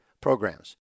programs